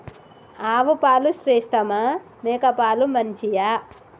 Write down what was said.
ఆవు పాలు శ్రేష్టమా మేక పాలు మంచియా?